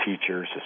teachers